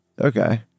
Okay